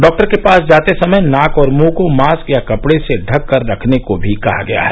doctor के पास जाते समय नाक और मुंह को मास्क या कपड़े से ढक कर रखने को भी कहा गया है